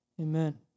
amen